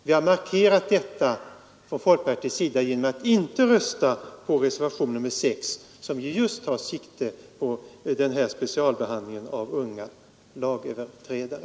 Vi har från folkpartiets sida velat markera detta genom att inte rösta på reservationen 6, som just tar sikte på denna specialbehandling av unga lagöverträdare.